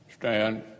stand